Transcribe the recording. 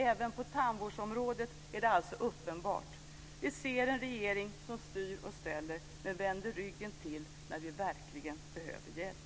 Även på tandvårdsområdet är det alltså uppenbart. Vi ser en regering som styr och ställer, men som vänder ryggen till när vi verkligen behöver hjälp.